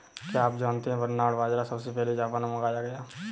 क्या आप जानते है बरनार्ड बाजरा सबसे पहले जापान में उगाया गया